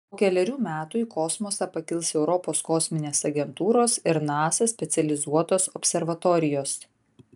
po kelerių metų į kosmosą pakils europos kosminės agentūros ir nasa specializuotos observatorijos